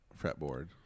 fretboard